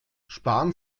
sparen